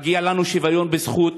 מגיע לנו שוויון בזכות.